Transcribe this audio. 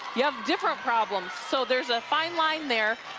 you have different problems. so there's a fine line there,